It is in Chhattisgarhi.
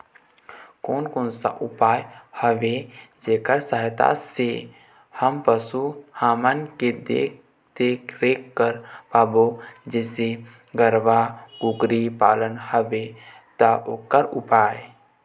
कोन कौन सा उपाय हवे जेकर सहायता से हम पशु हमन के देख देख रेख कर पाबो जैसे गरवा कुकरी पालना हवे ता ओकर उपाय?